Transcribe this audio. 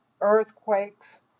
earthquakes